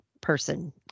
person